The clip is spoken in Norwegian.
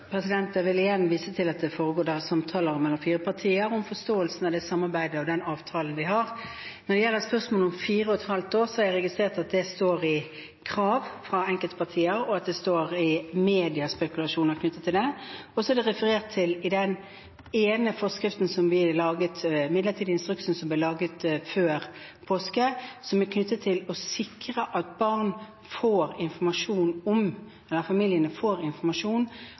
Jeg vil igjen vise til at det foregår samtaler mellom fire partier om forståelsen av det samarbeidet og den avtalen vi har. Når det gjelder spørsmålet om fire og et halvt år, har jeg registrert at det står i krav fra enkelte partier, og at det står i mediespekulasjoner knyttet til det. Så er den ene forskriften som vi laget, den midlertidige instruksen som ble laget før påske, knyttet til å sikre at familiene får informasjon om